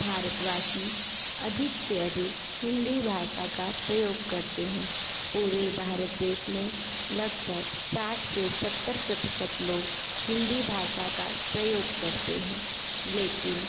भारतवासी अधिक से अधिक हिंदी भाषा का प्रयोग करते हैं पूरे भारत देश में लगभग साठ से सत्तर प्रतिशत लोग हिंदी भाषा का प्रयोग करते हैं लेकिन